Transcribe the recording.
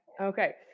Okay